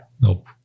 Nope